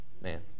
man